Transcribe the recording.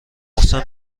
محسن